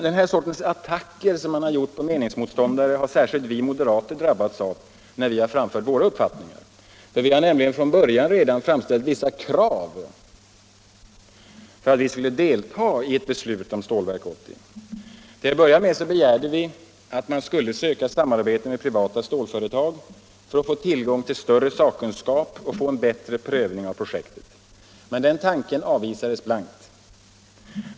Den här sortens attacker mot meningsmotståndare har särskilt vi moderater drabbats av när vi framfört våra uppfattningar. Vi har nämligen redan från början framställt vissa krav för att vi skulle delta i ett beslut om Stålverk 80. Till att börja med har vi begärt att man skulle söka samarbete med privata stålföretag för att få tillgång till större kunskap och få en bättre prövning av projektet. Men den tanken avvisades blankt.